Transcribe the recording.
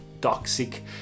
toxic